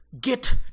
Get